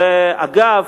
אגב,